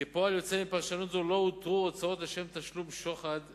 כפועל יוצא מפרשנות זו לא הותרו הוצאות לשם תשלום שוחד בניכוי.